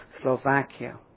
Slovakia